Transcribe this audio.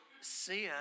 sin